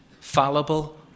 fallible